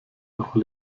noch